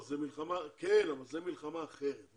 כן, אבל זו מלחמה אחרת.